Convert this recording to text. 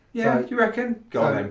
yeah, you reckon? go on and